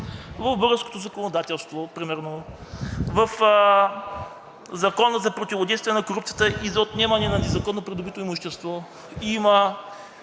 в българското законодателство, примерно в Закона за противодействие на корупцията и за отнемане на незаконно придобитото имущество, има